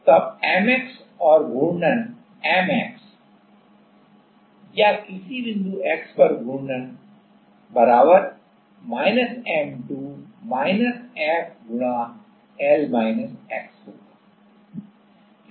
तब mx or घूर्णन M x या किसी बिंदु x पर घूर्णन M2 F L x होगा